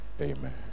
Amen